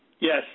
yes